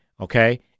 okay